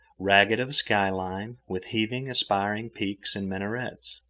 ragged of sky-line, with heaven-aspiring peaks and minarets.